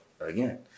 again